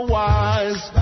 wise